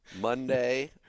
Monday